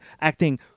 acting